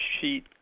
sheet